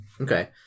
Okay